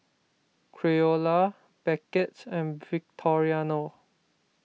Creola Beckett and Victoriano